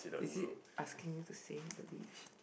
is it asking me to say the beach